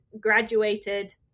graduated